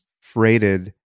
freighted